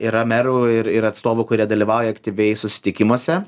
yra merų ir atstovų kurie dalyvauja aktyviai susitikimuose